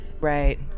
Right